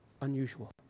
Unusual